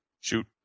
Shoot